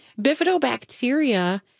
Bifidobacteria